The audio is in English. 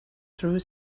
through